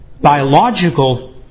biological